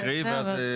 נקריא ואז.